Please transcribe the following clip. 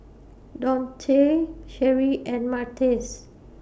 Donte Sherri and Martez